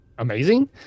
Amazing